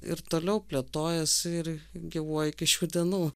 ir toliau plėtojasi ir gyvuoja iki šių dienų